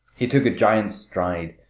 he took a giant stride,